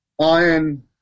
iron –